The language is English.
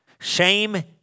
Shame